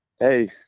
Hey